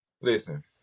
Listen